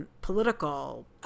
political